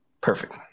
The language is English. perfect